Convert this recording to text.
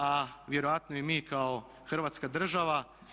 A vjerovatno i mi kao Hrvatska država.